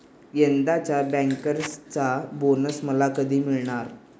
यंदाच्या बँकर्सचा बोनस मला कधी मिळणार?